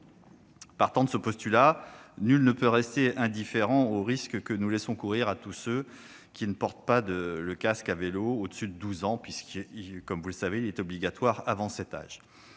Partant de ce postulat, nul ne peut rester indifférent au risque que nous laissons courir à tous ceux qui ne portent pas le casque à vélo au-delà de 12 ans- comme vous le savez, il est obligatoire avant cet âge